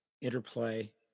interplay